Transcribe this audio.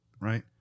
Right